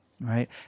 right